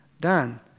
done